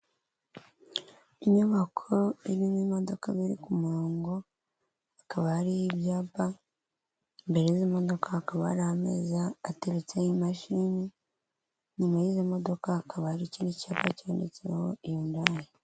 Inyubako irimo imodoka ziri ku murongo hakaba hari ibyapa, imbere y'imodoka hakaba hari amezi ateretseho imashini, inyuma y'izi modoka hakaba hari ikindi cyapa cyanditseho hyundai.